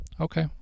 Okay